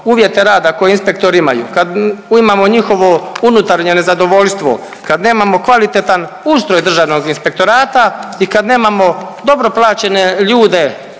uvjete rada koje inspektori imaju, kad imam njihovo unutarnje nezadovoljstvo, kad nemamo kvalitetan ustroj državnog inspektorata i kad nemamo dobro plaćene ljude